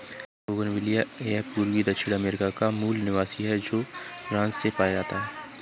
bougainvillea यह पूर्वी दक्षिण अमेरिका का मूल निवासी है, जो ब्राज़ से पाया जाता है